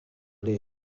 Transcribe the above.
les